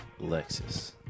Lexus